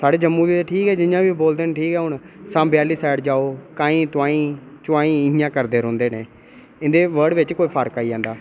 साढ़े जम्मू च ठीक ऐ हुन जियां बी बोलदे न सांबे आह्ली साइड जाओ ताहीं तुआहीं इयां करदे रौंहदे न एह् इंदे वर्ड च कोई फर्क आई जंदा